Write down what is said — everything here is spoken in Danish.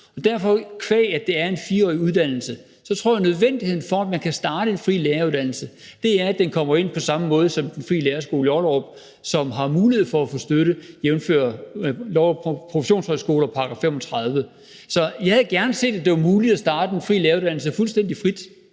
med. Og qua at det er en 4-årig uddannelse, tror jeg, at det er en nødvendighed, for at man kan starte en fri læreruddannelse, at den kommer ind på samme måde som Den Frie Lærerskole i Ollerup, som har mulighed for at få støtte, jævnfør lov om professionshøjskoler, § 35. Så jeg havde gerne set, at det var muligt at starte en fri læreruddannelse fuldstændig frit,